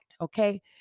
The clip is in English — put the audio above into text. Okay